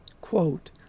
Quote